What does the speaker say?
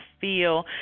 feel